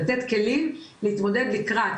לתת כלים להתמודד לקראת,